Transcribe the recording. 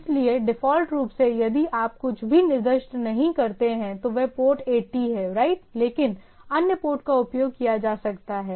इसलिए डिफ़ॉल्ट रूप से यदि आप कुछ भी निर्दिष्ट नहीं करते हैं तो वह पोर्ट 80 है राइट लेकिन अन्य पोर्ट का उपयोग किया जा सकता है